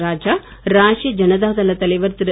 ராஜா ராஷ்ட்ரிய ஜனதாதள தலைவர் திரு